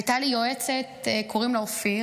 הייתה לי יועצת, קוראים לה אופיר.